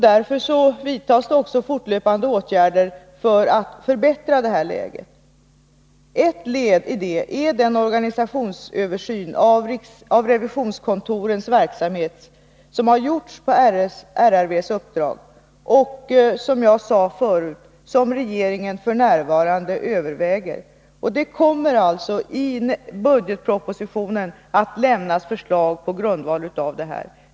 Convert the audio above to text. Därför vidtas också fortlöpande åtgärder för att förbättra läget. Ett led i det arbetet är den organisationsöversyn av revisionskontorens verksamhet som har gjorts på RRV:s uppdrag och som jag sade förut att regeringen f. n. överväger. Det kommer alltså i budgetpropositionen att lämnas förslag på grundval av detta.